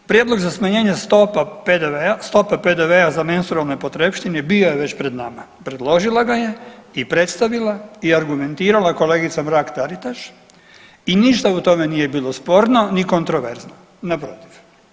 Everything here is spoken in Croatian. Prijedlog za smanjenje stope PDV-a za menstrualne potrepštine bio je već pred nama, predložila ga je i predstavila i argumentirala kolegica Mrak TAritaš i ništa u tome nije bilo sporno ni kontroverzno, naprotiv.